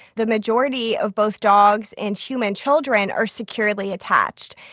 the majority of both dogs and human children are securely attached.